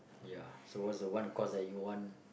ya so what's the one course that you want